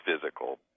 physical